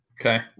Okay